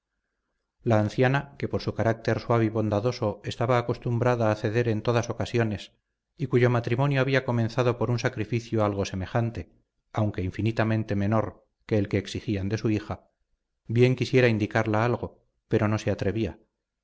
la anciana que por su carácter suave y bondadoso estaba acostumbrada a ceder en todas ocasiones y cuyo matrimonio había comenzado por un sacrificio algo semejante aunque infinitamente menor que el que exigían de su hija bien quisiera indicarla algo pero no se atrevía